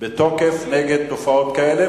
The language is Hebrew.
בתוקף נגד תופעות כאלה,